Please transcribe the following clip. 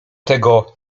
tego